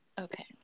okay